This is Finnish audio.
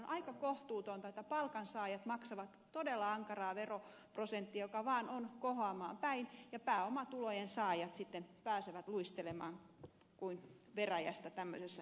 on aika kohtuutonta että palkansaajat maksavat todella ankaraa veroprosenttia joka vaan on kohoamaan päin ja pääomatulojen saajat sitten pääsevät luistelemaan kuin veräjästä tämmöisessä tapauksessa